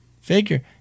figure